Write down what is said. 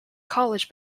college